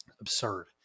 Absurd